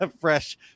fresh